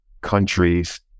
countries